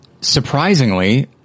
surprisingly